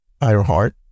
Ironheart